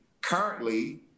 currently